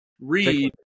read